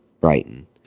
Brighton